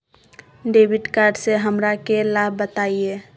Debit card से हमरा के लाभ बताइए?